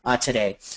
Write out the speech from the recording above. today